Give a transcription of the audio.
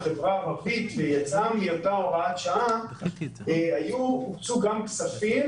מאותה הוראת שעה הוקצו גם כספים,